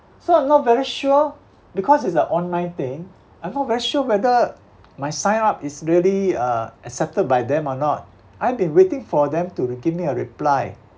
so I'm not very sure because it's an online thing I'm not very sure whether my sign up is really uh accepted by them or not I've been waiting for them to re~ give me a reply